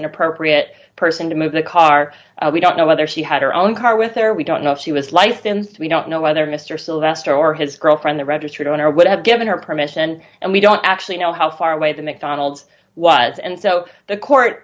an appropriate person to move the car we don't know whether she had her own car with her we don't know if she was life tends to be don't know whether mr sylvester or his girlfriend the registered owner would have given her permission and we don't actually know how far away the mcdonald's was and so the court